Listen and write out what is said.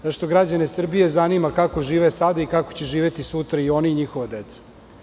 Zato što građane Srbije zanima kako žive sada i kako će živeti sutra i oni i njihova deca.